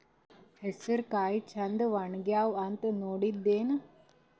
ಹೆಸರಕಾಳು ಛಂದ ಒಣಗ್ಯಾವಂತ ನೋಡಿದ್ರೆನ?